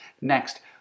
Next